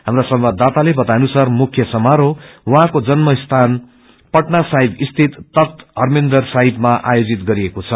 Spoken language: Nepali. हाप्रा संवाददाताले बताए अनुसार मुख्य समारोह उहाँको जन्यस्थान पटना साहिब सिति तक्त हरमदिर साहिबमा आयोजित गरिएको छ